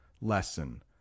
lesson